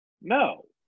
No